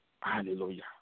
Hallelujah